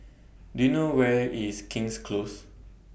Do YOU know Where IS King's Close